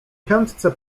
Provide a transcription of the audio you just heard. chętce